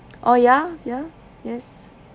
oh ya ya yes